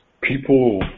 people